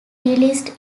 released